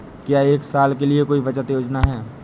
क्या एक साल के लिए कोई बचत योजना है?